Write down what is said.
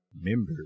members